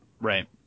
Right